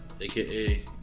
AKA